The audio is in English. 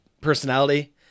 personality